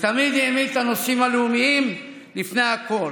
ותמיד העמיד את הנושאים הלאומיים לפני הכול.